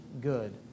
good